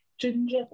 Ginger